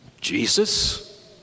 Jesus